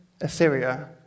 Assyria